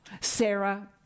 Sarah